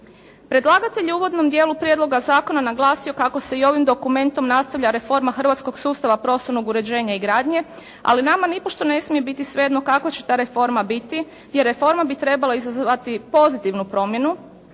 Predlagatelj je u uvodnom dijelu prijedloga zakona naglasio kako se i ovim dokumentom nastavlja reforma hrvatskog sustava, prostornog uređenja i gradnje. Ali nama nipošto ne smije biti svejedno kakva će ta reforma biti, jer reforma bi trebala izazvati pozitivnu promjenu,